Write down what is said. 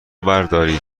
بردارید